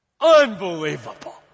Unbelievable